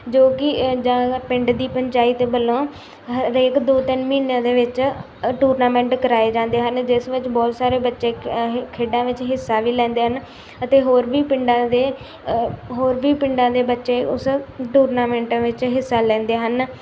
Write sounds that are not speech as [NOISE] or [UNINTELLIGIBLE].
ਜੋ ਕਿ [UNINTELLIGIBLE] ਪਿੰਡ ਦੀ ਪੰਚਾਇਤ ਵੱਲੋਂ ਹਰੇਕ ਦੋ ਤਿੰਨ ਮਹੀਨਿਆਂ ਦੇ ਵਿੱਚ ਟੂਰਨਾਮੈਂਟ ਕਰਵਾਏ ਜਾਂਦੇ ਹਨ ਜਿਸ ਵਿੱਚ ਬਹੁਤ ਸਾਰੇ ਬੱਚੇ ਖੇਡਾਂ ਵਿੱਚ ਹਿੱਸਾ ਵੀ ਲੈਂਦੇ ਹਨ ਅਤੇ ਹੋਰ ਵੀ ਪਿੰਡਾਂ ਦੇ ਹੋਰ ਵੀ ਪਿੰਡਾਂ ਦੇ ਬੱਚੇ ਉਸ ਟੂਰਨਾਮੈਂਟਾਂ ਵਿੱਚ ਹਿੱਸਾ ਲੈਂਦੇ ਹਨ